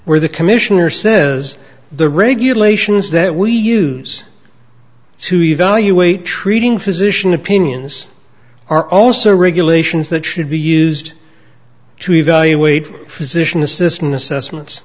where the commissioner says the regulations that we use to evaluate treating physician opinions are also regulations that should be used to evaluate physician assistant assessments